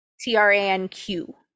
T-R-A-N-Q